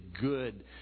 good